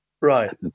Right